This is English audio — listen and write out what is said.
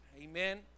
amen